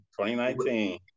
2019